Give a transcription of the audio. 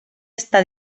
està